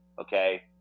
okay